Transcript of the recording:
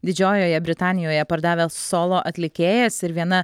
didžiojoje britanijoje pardavęs solo atlikėjas ir viena